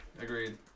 Agreed